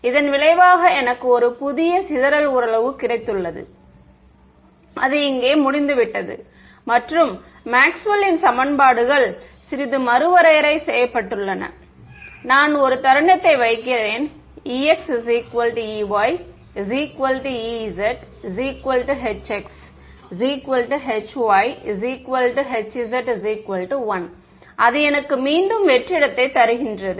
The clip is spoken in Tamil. இதன் விளைவாக எனக்கு ஒரு புதிய சிதறல் உறவு கிடைத்தது அது இங்கே முடிந்துவிட்டது மற்றும் மேக்ஸ்வெல்லின் சமன்பாடுகள் சிறிது மறுவரையறை செய்யப்பட்டன நான் ஒரு தருணத்தை வைக்கிறேன் exeyezhxhyhz1 அது எனக்கு மீண்டும் வெற்றிடத்தைப் தருகின்றது